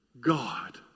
God